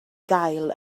gael